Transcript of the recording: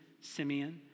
Simeon